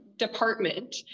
department